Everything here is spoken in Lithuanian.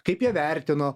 kaip jie vertino